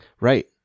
right